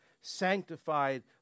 sanctified